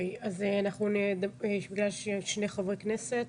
נשמע שני חברי הכנסת,